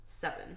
seven